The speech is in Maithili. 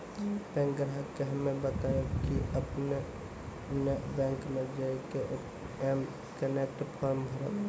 बैंक ग्राहक के हम्मे बतायब की आपने ने बैंक मे जय के एम कनेक्ट फॉर्म भरबऽ